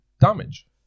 damage